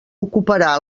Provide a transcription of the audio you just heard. ocuparà